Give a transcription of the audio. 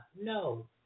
No